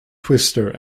twister